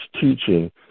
teaching